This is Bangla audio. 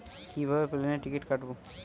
কিভাবে প্লেনের টিকিট কাটব?